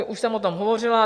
Už jsem o tom hovořila.